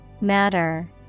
Matter